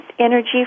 energy